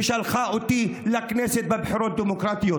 וששלחה אותי לכנסת בבחירות דמוקרטיות.